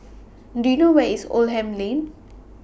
Do YOU know Where IS Oldham Lane